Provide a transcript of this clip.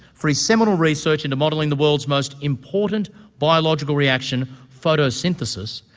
for his seminal research into modelling the world's most important biological reaction, photosynthesis,